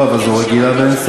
איילת נחמיאס